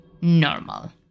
Normal